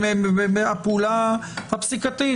מהפעולה הפסיקתית.